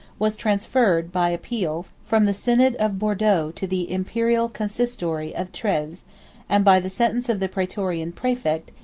was transferred, by appeal, from the synod of bordeaux to the imperial consistory of treves and by the sentence of the praetorian praefect,